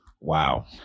wow